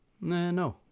no